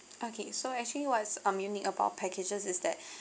okay so actually what's um unique about packages is that